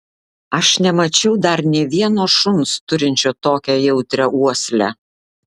aš nemačiau dar nė vieno šuns turinčio tokią jautrią uoslę